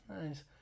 Nice